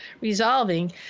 resolving